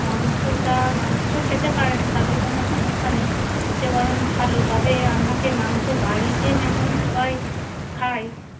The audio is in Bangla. মাংসটা মাংস খেতে পারেন তাতে কোনও সমস্যা নেই এতে বরং ভালো তবে আপনাকে মাংস বাড়িতে যেমন সবাই খায়